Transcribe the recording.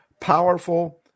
powerful